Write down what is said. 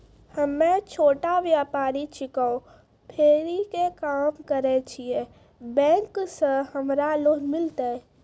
हम्मे छोटा व्यपारी छिकौं, फेरी के काम करे छियै, बैंक से हमरा लोन मिलतै?